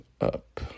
up